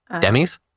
Demis